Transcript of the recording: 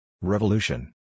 Revolution